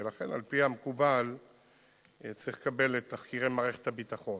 ולכן על-פי המקובל צריך לקבל את תחקירי המערכת הביטחון,